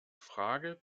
frage